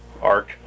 arc